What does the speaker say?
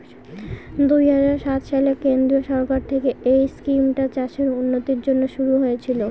দুই হাজার সাত সালে কেন্দ্রীয় সরকার থেকে এই স্কিমটা চাষের উন্নতির জন্যে শুরু হয়েছিল